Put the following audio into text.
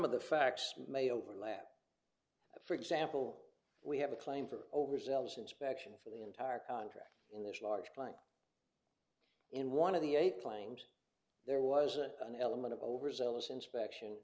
of the facts may overlap for example we have a claim for overzealous inspection for the entire contract in this large blank in one of the eight claims there wasn't an element of overzealous inspection